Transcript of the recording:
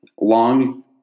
long